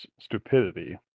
stupidity